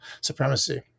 supremacy